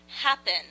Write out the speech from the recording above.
happen